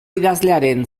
idazlearen